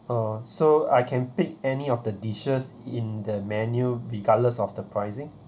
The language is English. uh so I can pick any of the dishes in the menu regardless of the pricing